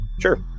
sure